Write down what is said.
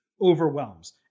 overwhelms